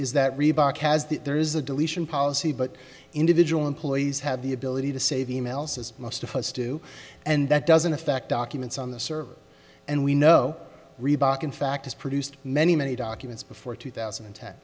has the there is a deletion policy but individual employees have the ability to save emails as most of us do and that doesn't affect documents on the server and we know reebok in fact has produced many many documents before two thousand and ten